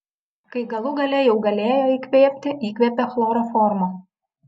kai galų gale jau galėjo įkvėpti įkvėpė chloroformo